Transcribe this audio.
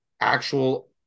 actual